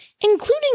Including